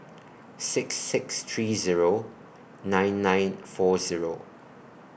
six six three Zero nine nine four Zero